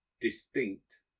distinct